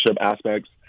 aspects